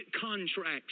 contracts